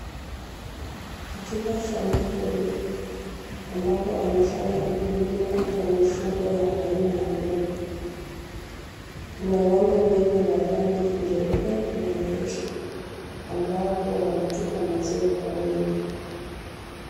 Katika shamba hili, ambapo wanafanya ukulima wa mifugo aina ya ng'ombe, kuna ng'ombe wengi wa rangi nyeupe, na nyeusi, ambao huwa wanatupa maziwa kwa wingi.